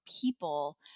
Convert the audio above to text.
people